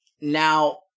Now